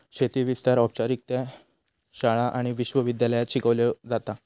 शेती विस्तार औपचारिकरित्या शाळा आणि विश्व विद्यालयांत शिकवलो जाता